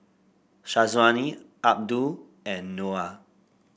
Syazwani Abdul and Noah